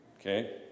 okay